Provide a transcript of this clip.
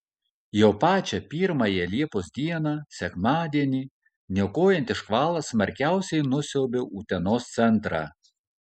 jau pačią pirmąją liepos dieną sekmadienį niokojantis škvalas smarkiausiai nusiaubė utenos centrą